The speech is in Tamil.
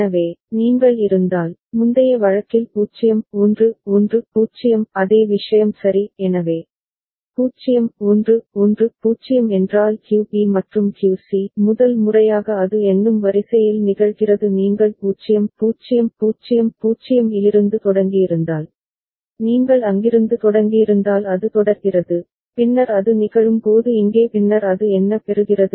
எனவே நீங்கள் இருந்தால் முந்தைய வழக்கில் 0 1 1 0 அதே விஷயம் சரி எனவே 0 1 1 0 என்றால் QB மற்றும் QC முதல் முறையாக அது எண்ணும் வரிசையில் நிகழ்கிறது நீங்கள் 0 0 0 0 இலிருந்து தொடங்கியிருந்தால் நீங்கள் அங்கிருந்து தொடங்கியிருந்தால் அது தொடர்கிறது பின்னர் அது நிகழும் போது இங்கே பின்னர் அது என்ன பெறுகிறது